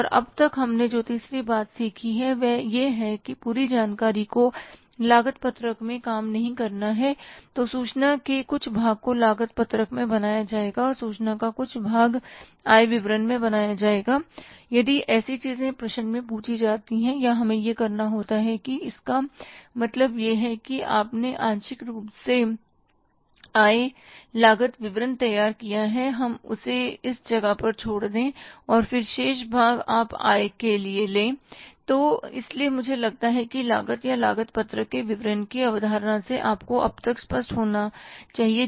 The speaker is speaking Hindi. और अब तक हमने जो तीसरी बात सीखी है वह यह है कि जब पूरी जानकारी को लागत पत्रक में काम नहीं करना है तो सूचना के कुछ भाग को लागत पत्रक में बनाया जाएगा और सूचना का कुछ हिस्सा आय विवरण में बनाया जाएगा यदि ऐसी चीजें प्रश्न में पूछी जाती हैं या हमें यह करना होती है तो इसका मतलब है कि आपने आंशिक रूप से आय लागत विवरण तैयार किया है इसे उस जगह पर छोड़ दें और फिर शेष भाग आप आय के लिए ले इसलिए मुझे लगता है कि लागत या लागत पत्रक के विवरण की अवधारणा से आपको अब तक स्पष्ट होना चाहिए